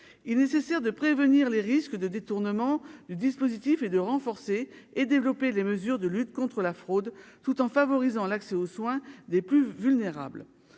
il nécessaire de prévenir les risques de détournement du dispositif et de renforcer et développer les mesures de lutte contre la fraude, tout en favorisant l'accès aux soins des plus vulnérables,